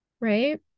right